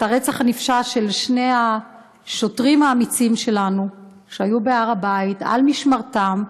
את הרצח הנפשע של שני השוטרים האמיצים שלנו שהיו בהר הבית על משמרתם,